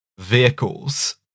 vehicles